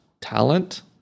talent